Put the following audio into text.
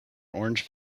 orange